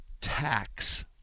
tax